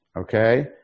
Okay